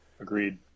Agreed